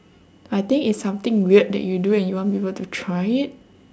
I think it's something weird that you do and you want people to try it